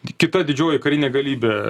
ti kita didžioji karinė galybė